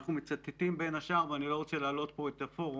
אנחנו מצטטים בין השאר ואני לא רוצה להלאות את הפורום